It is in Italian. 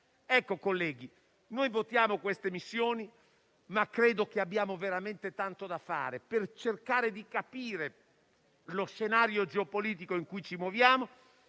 Colleghi, votiamo queste missioni, ma credo che abbiamo veramente tanto da fare, per cercare di capire lo scenario geopolitico in cui ci muoviamo,